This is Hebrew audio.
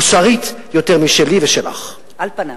מוסרית, יותר מלי ולך, על פניו.